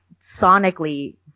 sonically